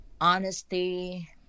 honesty